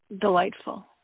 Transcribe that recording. Delightful